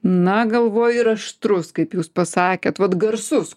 na galvoju ir aštrus kaip jūs pasakėt vat garsus